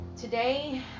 today